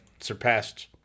surpassed